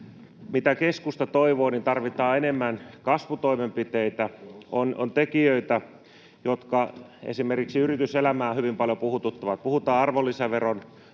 Mitä keskusta toivoo? Tarvitaan enemmän kasvutoimenpiteitä. On tekijöitä, jotka esimerkiksi yrityselämää hyvin paljon puhututtavat. Puhutaan arvonlisäveron